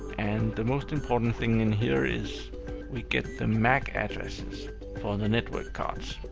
and the most important thing in here is we get the mac addresses for the network cards.